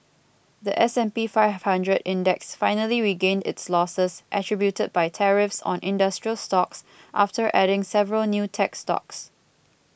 the S and P Five Hundred Index finally regained its losses attributed by tariffs on industrial stocks after adding several new tech stocks